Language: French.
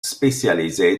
spécialisé